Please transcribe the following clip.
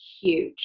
huge